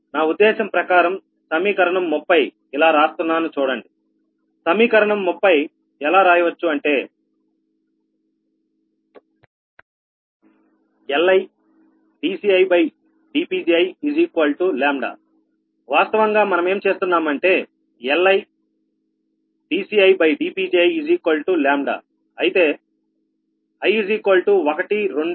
నా ఉద్దేశం ప్రకారం సమీకరణ 30 ఇలా రాస్తున్నాను చూడండి సమీకరణం 30 ఎలా రాయవచ్చు అంటే LidCidPgiλ వాస్తవంగా మనమేం చేస్తున్నామంటే LidCidPgiλ అయితే i123